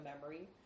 memory